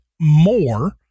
more